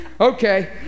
Okay